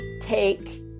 take